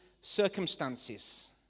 circumstances